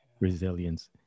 resilience